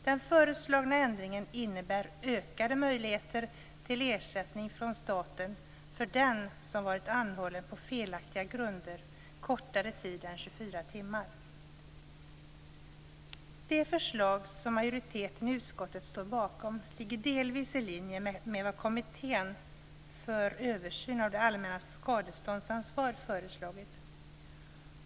Den föreslagna ändringen innebär ökade möjligheter till ersättning från staten för den som varit anhållen på felaktiga grunder kortare tid än De förslag som majoriteten i utskottet står bakom ligger delvis i linje med vad Kommittén för översyn av det allmännas skadeståndsansvar föreslagit.